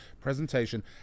presentation